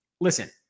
Listen